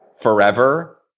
forever